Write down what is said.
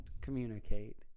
communicate